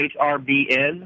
HRBN